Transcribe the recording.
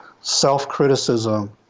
self-criticism